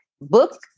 book